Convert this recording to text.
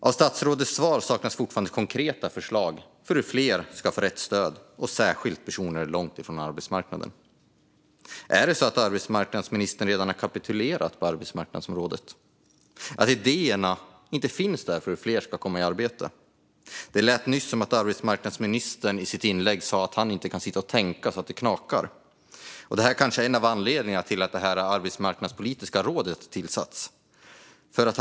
I statsrådets svar saknas fortfarande konkreta förslag för hur fler ska få rätt stöd och särskilt personer som står långt ifrån arbetsmarknaden. Är det så att arbetsmarknadsministern redan har kapitulerat på arbetsmarknadsområdet och saknar idéer för hur fler ska komma i arbete? Nyss lät det i arbetsmarknadsministerns inlägg som att han inte kan sitta och tänka så att det knakar. Det kanske är en av anledningarna till att ett arbetsmarknadspolitiskt råd har inrättats.